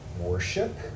worship